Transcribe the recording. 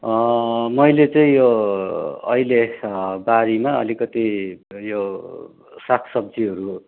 मैले चाहिँ यो अहिले बारीमा अलिकति यो साग सब्जीहरू